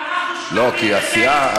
אחראים לשפיכות דמים.